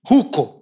Huko